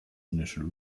initial